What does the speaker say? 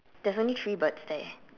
there's only three birds there